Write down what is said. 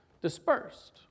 dispersed